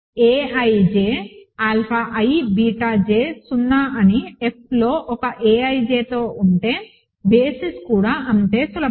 a ij alpha i beta j 0 అని Fలో ఒక ijతో ఉంటే బేసిస్ కూడా అంతే సులభం